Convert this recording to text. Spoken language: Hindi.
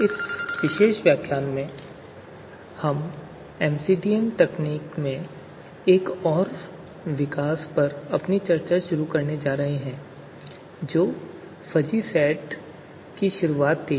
इस विशेष व्याख्यान में हम एमसीडीएम तकनीकों में एक और विकास पर अपनी चर्चा शुरू करने जा रहे हैं जो फजी सेट की शुरूआत थी